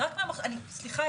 סליחה,